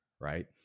right